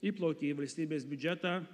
įplaukė į valstybės biudžetą